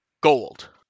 gold